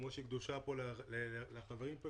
כמו שהיא קדושה לחברים כאן,